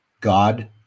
God